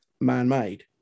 man-made